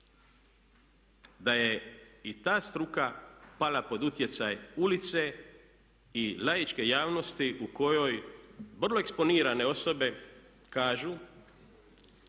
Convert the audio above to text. da je i ta struka pala pod utjecaj ulice i laičke javnosti u kojoj vrlo eksponirane osobe kažu,